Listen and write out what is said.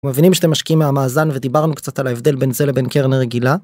מבינים שאתם משקיעים מהמאזן ודיברנו קצת על ההבדל בין זה לבין קרן רגילה?